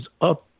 Up